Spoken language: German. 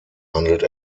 handelt